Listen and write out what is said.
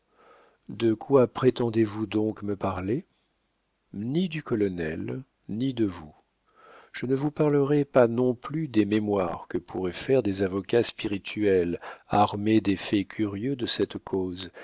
de quoi prétendez-vous donc me parler ni du colonel ni de vous je ne vous parlerai pas non plus des mémoires que pourraient faire des avocats spirituels armés des faits curieux de cette cause